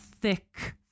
thick